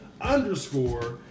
underscore